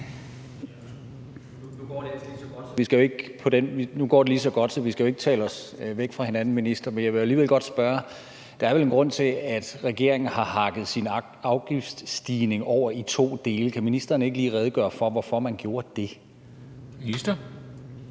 Nu går det lige så godt, så vi skal jo ikke tale os væk fra hinanden, vil jeg sige til ministeren, men jeg vil alligevel godt spørge: Der er vel en grund til, at regeringen har hakket sin afgiftsstigning over i to dele – kan ministeren ikke lige redegøre for, hvorfor man gjorde det? Kl.